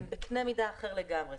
הן בקנה מידה אחר לגמרי.